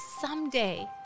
someday